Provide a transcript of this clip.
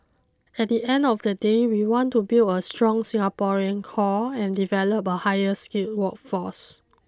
at the end of the day we want to build a strong Singaporean core and develop a higher skilled workforce